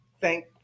thank